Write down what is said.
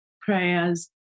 prayers